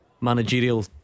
Managerial